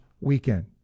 weekend